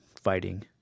fighting